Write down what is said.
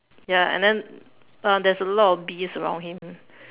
ya and then uh there's a lot of bees around him